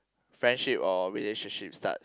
friendship or relationship start